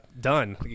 done